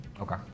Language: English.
Okay